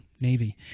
navy